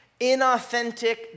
inauthentic